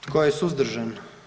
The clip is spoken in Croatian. Tko je suzdržan?